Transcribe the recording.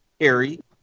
Harry